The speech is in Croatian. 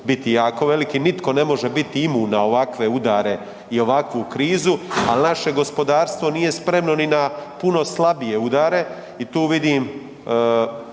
biti jako veliki, nitko ne može biti imun na ovakve udare i ovakvu krizu, al naše gospodarstvo nije spremno ni na puno slabije udare i tu vidim